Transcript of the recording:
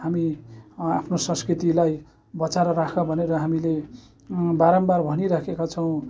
हामी आफ्नो संस्कृतिलाई बचाएर राख भनेर हामीले बारम्बार भनि राखेका छौँ